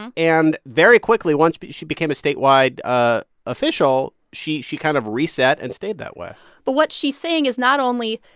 and and very quickly, once but she became a statewide ah official, she she kind of reset and stayed that way but what she's saying is not only,